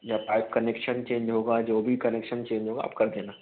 या pipe connection change होगा जो भी कनेक्शन चेंज होगा आप कर देना